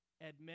Admit